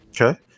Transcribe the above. Okay